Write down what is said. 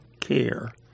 Care